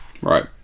right